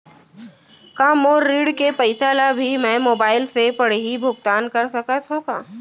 का मोर ऋण के पइसा ल भी मैं मोबाइल से पड़ही भुगतान कर सकत हो का?